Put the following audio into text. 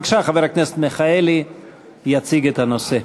בבקשה, חבר הכנסת מיכאלי יציג את הנושא.